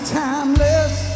timeless